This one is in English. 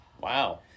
Wow